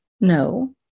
No